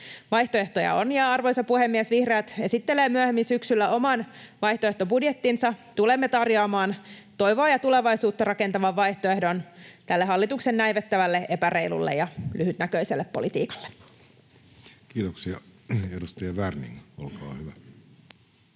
Vaihtoehtoja on. Arvoisa puhemies! Vihreät esittelevät myöhemmin syksyllä oman vaihtoehtobudjettinsa. Tulemme tarjoamaan toivoa ja tulevaisuutta rakentavan vaihtoehdon tälle hallituksen näivettävälle, epäreilulle ja lyhytnäköiselle politiikalle. [Speech 767] Speaker: Jussi Halla-aho